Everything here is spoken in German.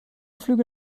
flüge